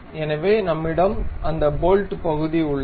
எனவே நம்மிடம் அந்த போல்ட் பகுதி உள்ளது